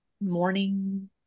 morning